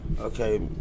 Okay